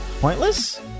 pointless